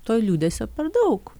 to liūdesio per daug